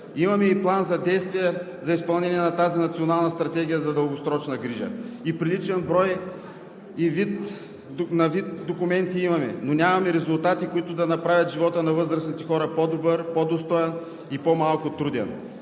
Имаме и План за действие за изпълнение на тази национална стратегия за дългосрочна грижа. Имаме и приличен на брой и вид документи, но нямаме резултати, които да направят живота на възрастните хора по-добър, по-достоен и по-малко труден.